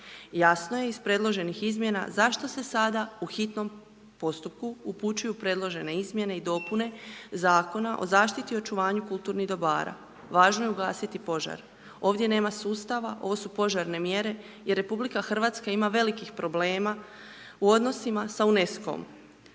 Jasno je iz predloženih izmjena zašto se sada u hitnom postupku upućuju predložene izmjene i dopune Zakona o zaštiti o očuvanju kulturnih dobara. Važno je ugasiti požar. Ovdje nema sustava, ovo su požarne mjere i RH ima velikih problema u odnosima sa UNESCO-om.